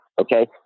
Okay